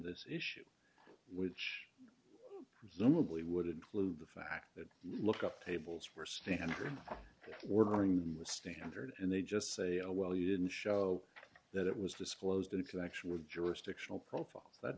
this issue which presumably would include the fact that lookup tables were standard ordering them with standard and they just say oh well you didn't show that it was disclosed in connection with jurisdictional profiles that